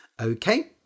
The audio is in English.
Okay